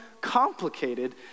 complicated